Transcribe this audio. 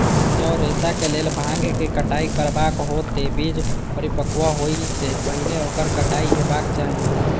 जौं रेशाक लेल भांगक कटाइ करबाक हो, ते बीज परिपक्व होइ सं पहिने ओकर कटाइ हेबाक चाही